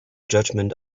judgment